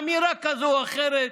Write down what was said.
אמירה כזאת או אחרת.